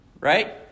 right